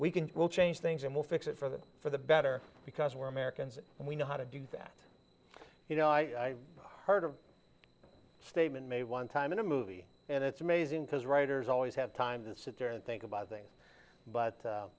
we can we'll change things and we'll fix it for the for the better because we're americans and we know how to do that you know i heard a statement made one time in a movie and it's amazing because writers always have time to sit there and think about things